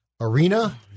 arena